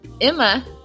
Emma